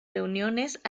reuniones